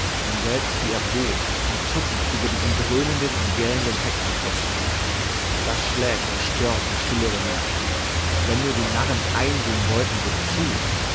und selbst wie erbost und zuckend über diesem dröhnenden und gellenden hexenkessel liegt das schlägt und stört die stille der nacht wenn nur die narren einsehen wollten wozu